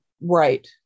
Right